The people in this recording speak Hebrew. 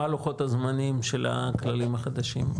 מה לוחות הזמנים של הכללים החדשים?